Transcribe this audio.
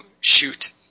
shoot